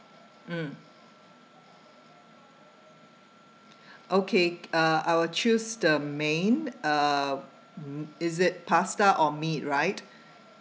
mm okay uh I will choose the main uh is it pasta or meat right